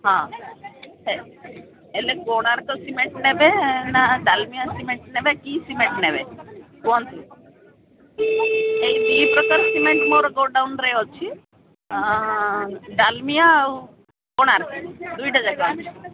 ହଁ ହେ ହେଲେ କୋଣାର୍କ ସିମେଣ୍ଟ ନେବେ ନା ଡାଲମିଆ ସିମେଣ୍ଟ ନେବେ କି ସିମେଣ୍ଟ ନେବେ କୁହନ୍ତୁ ଏଇ ଦୁଇ ପ୍ରକାର ସିମେଣ୍ଟ ମୋର ଗୋଡ଼ାଉନରେ ଅଛି ଡାଲମିଆ ଆଉ କୋଣାର୍କ ଦୁଇଟା ଯାକ ଅଛି